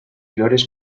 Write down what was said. flores